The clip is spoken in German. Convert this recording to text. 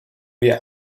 wir